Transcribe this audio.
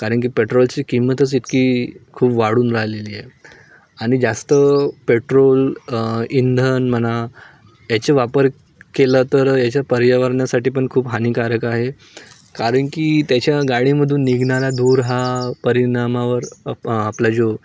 कारण की पेट्रोलची किंमतच इतकी खूप वाढून राहलेली आहे आणि जास्त पेट्रोल इंधन म्हणा याचे वापर केलं तर याच्या पर्यावरणासाठी पण खूप हानिकारक आहे कारण की त्याच्या गाडीमधून निघणारा धूर हा परिणामावर आपला जो